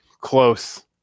close